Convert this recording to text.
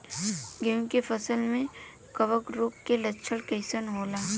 गेहूं के फसल में कवक रोग के लक्षण कइसन होला?